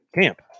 camp